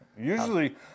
Usually